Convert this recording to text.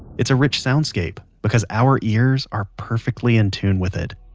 it's a rich soundscape, because our ears are perfectly in tune with it,